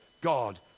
God